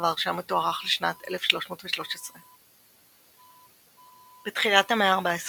ורשה מתוארך לשנת 1313. בתחילת המאה ה-14